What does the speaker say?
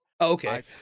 okay